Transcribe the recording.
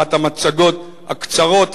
אחת המצגות הקצרות,